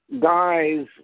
Guys